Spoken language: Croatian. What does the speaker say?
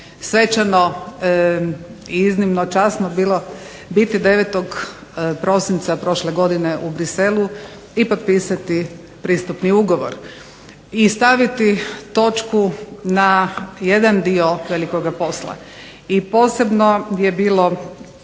svečano i iznimno časno je bilo biti 9. prosinca prošle godine u Bruxellesu i potpisati Pristupni ugovor i staviti točku na jedan dio velikoga posla. I posebno je bilo